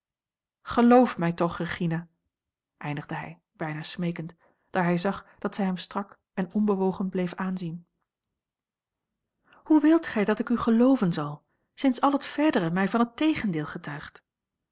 geloof mij toch regina eindigde hij bijna smeekend daar hij zag dat zij hem strak en onbewogen bleef aanzien hoe wilt gij dat ik u gelooven zal sinds al het verdere mij van het tegendeel getuigt